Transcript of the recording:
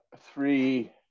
Three